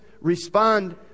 respond